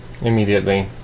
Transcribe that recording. Immediately